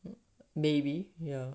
maybe yeah